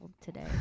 today